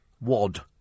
Wad